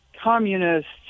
communists